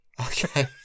Okay